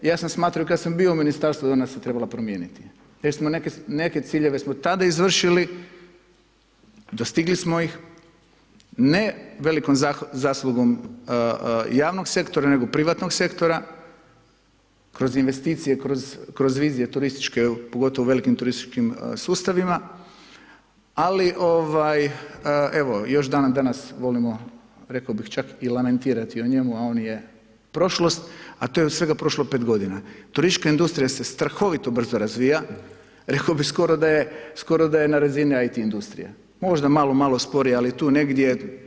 Ja sam smatrao i kad sam bio u ministarstvu, on se trebala promijeniti jer smo nek ciljeve tada izvršili, dostigli smo, ne velikom zaslugom javnog sektora nego privatnog sektora, kroz investicije, kroz vizije turističke pogotovo u velikim turističkim sustavima, ali evo, još dandanas volimo rekao bi čak i lamentirati o njemu a on je prošlost a to je od svega prošlo 5 g. Turistička industrija se strahovito brzo razvija, rekao bi skoro da je na razini IT industrije, možda malom malo sporija ali tu negdje.